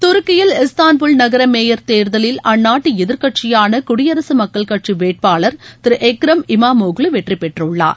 துருக்கியில் இஸ்தான்புல் நகர மேயர் தேர்தலில் அந்நாட்டு எதிர்க்கட்சியாள குடியரசு மக்கள் கட்சி வேட்பாளர் திரு எக்ரம் இமாமோக்லு வெற்றி பெற்றுள்ளார்